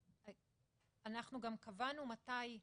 אנחנו גם קבענו מתי,